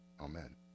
Amen